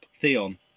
Theon